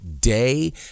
day